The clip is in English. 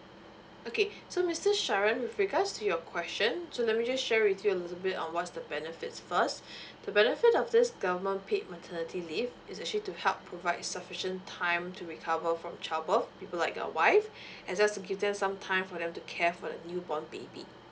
okay so mister sharan with regards to your question so let me just share with you a little bit on what's the benefits first the benefit of this government paid maternity leave is actually to help provide sufficient time to recover from childbirth people like your wife as just to give them some time for them to care for the newborn baby